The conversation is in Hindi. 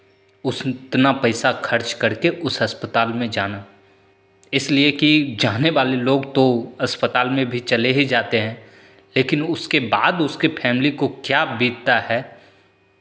उस इतना पैसा खर्च करके उस अस्पताल में जाना इसलिए कि जाने वाले लोग तो अस्पताल में भी चले ही जाते हैं लेकिन उसके बाद उसकी फैमिली को क्या बीतता है